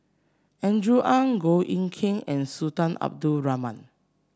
Andrew Ang Goh Eck Kheng and Sultan Abdul Rahman